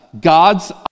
God's